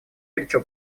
горячо